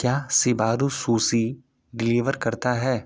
क्या Subaru Suzuki deliver करता है